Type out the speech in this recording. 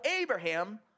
Abraham